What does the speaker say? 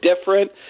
different